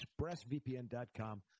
expressvpn.com